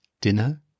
dinner